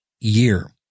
year